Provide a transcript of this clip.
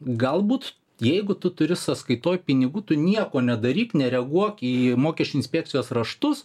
galbūt jeigu tu turi sąskaitoj pinigų tu nieko nedaryk nereguok į mokesčių inspekcijos raštus